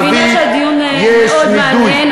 אני מבינה שהדיון מאוד מעניין,